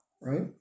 right